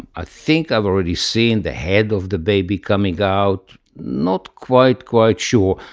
i think i've already seen the head of the baby coming out. not quite quite sure,